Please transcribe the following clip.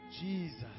Jesus